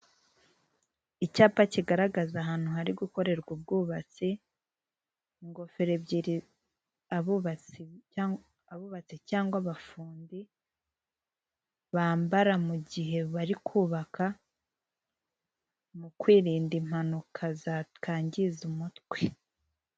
Icyapa kigaragaza ahantu hari gukorerwa ubwubatsi, ingofero ebyiri abubatsi cyangwa abafundi bambara mu gihe bari kubaka; mu kwirinda impanuka zakangiza umutwe.